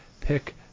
pick